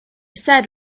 said